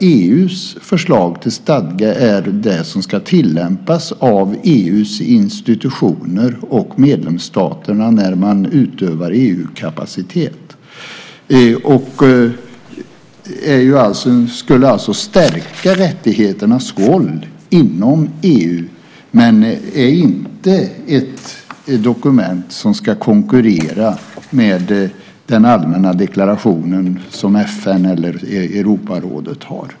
EU:s förslag till stadga är det som ska tillämpas av EU:s institutioner och medlemsstaterna när man utövar EU-kapacitet. Det skulle alltså stärka rättigheternas roll inom EU, men det är inte ett dokument som ska konkurrera med den allmänna deklarationen som FN eller Europarådet har.